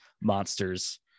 monsters